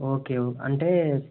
okay ఓ అంటే